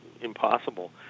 impossible